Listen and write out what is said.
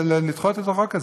לדחות את החוק הזה,